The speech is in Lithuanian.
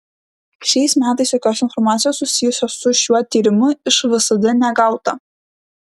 šiais metais jokios informacijos susijusios su šiuo tyrimu iš vsd negauta